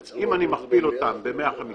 אם אני מכפיל אותם ב-150 שקל,